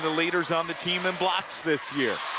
ah leaders on the team in blocks this year.